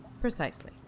precisely